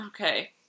Okay